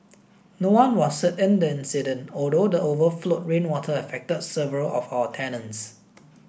no one was hurt in the incident although the overflowed rainwater affected several of our tenants